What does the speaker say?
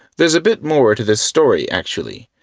there's a bit more to this story, actually.